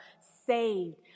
Saved